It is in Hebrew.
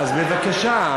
אז בבקשה,